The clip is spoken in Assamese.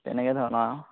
তেনেকুৱা ধৰণৰ